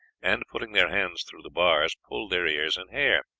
and, putting their hands through the bars, pulled their ears and hair.